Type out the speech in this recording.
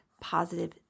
positive